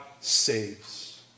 saves